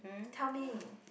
tell me